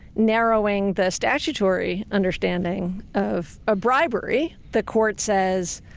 narrowing the statutory understanding of a bribery, the court says,